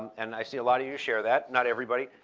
and i see a lot of you share that, not everybody.